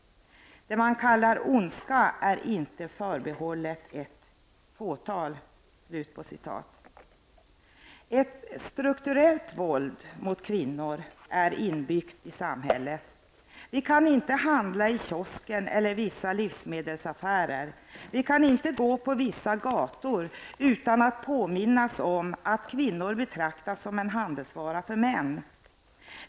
Det man kallar ondska är inte förbehållet ett fåtal.'' Ett strukturellt våld mot kvinnor är inbyggt i samhället. Vi kan inte handla i kiosken eller i vissa livsmedelsaffärer, vi kan inte gå på vissa gator utan att påminnas om att kvinnor betraktas som en handelsvara för män.